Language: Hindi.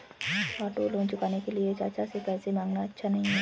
ऑटो लोन चुकाने के लिए चाचा से पैसे मांगना अच्छा नही लगता